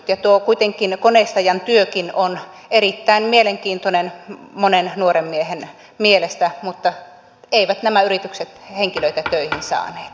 ja kuitenkin tuo koneistajankin työ on erittäin mielenkiintoinen monen nuoren miehen mielestä mutta eivät nämä yritykset henkilöitä töihin saaneet